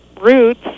roots